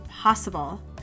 possible